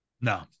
no